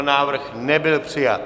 Návrh nebyl přijat.